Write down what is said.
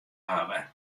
hawwe